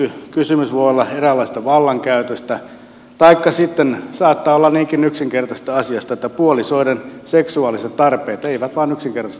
kysymys voi olla eräänlaisesta vallankäytöstä taikka sitten niinkin yksinkertaisesta asiasta että puolisoiden seksuaaliset tarpeet eivät vain yksinkertaisesti kohtaa